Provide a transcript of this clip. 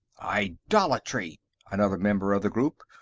idolatry! another member of the group,